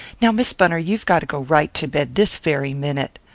now, miss bunner, you've got to go right to bed this very minute.